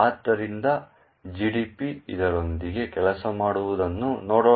ಆದ್ದರಿಂದ GDB ಇದರೊಂದಿಗೆ ಕೆಲಸ ಮಾಡುವುದನ್ನು ನೋಡೋಣ